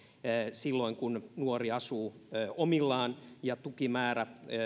silloin kun nuori asuu omillaan ja tukikuukausien määrä